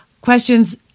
Questions